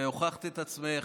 והוכחת את עצמך.